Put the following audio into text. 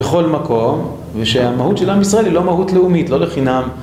בכל מקום ושהמהות של עם ישראל היא לא מהות לאומית, לא לחינם